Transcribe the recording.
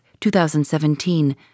2017